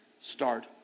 Start